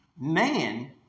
Man